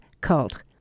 cult